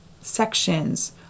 sections